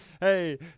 hey